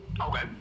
Okay